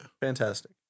Fantastic